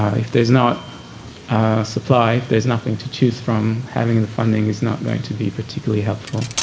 if there's not supply, if there's nothing to choose from, having the funding is not going to be particularly helpful.